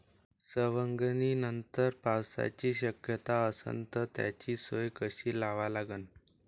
सवंगनीनंतर पावसाची शक्यता असन त त्याची सोय कशी लावा लागन?